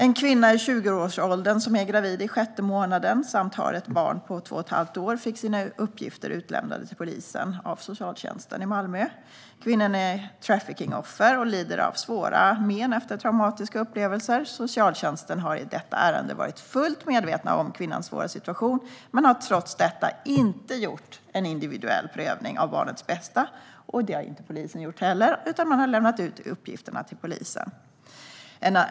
En kvinna i 20-årsåldern som är i gravid i sjätte månaden och som har ett barn på två och ett halvt år fick sina uppgifter utlämnade till polisen av socialtjänsten i Malmö. Kvinnan är ett traffickingoffer och lider av svåra men efter traumatiska upplevelser. Socialtjänsten har i detta ärende varit fullt medveten om kvinnans svåra situation men har trots detta inte gjort en individuell prövning av barnets bästa utan har lämnat ut uppgifterna till polisen. Inte heller polisen har gjort någon prövning.